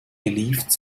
believed